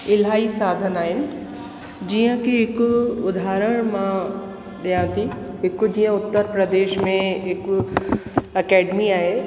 जीअं इलाही साधन आहिनि जीअं कि हिकु उदाहरण मां ॾियां थी हिकु जीअं उत्तर प्रदेश में हिकु अकेडमी आहे